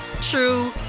true